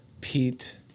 Pete